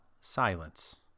silence